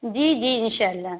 جی جی اِنشاء اللہ